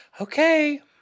Okay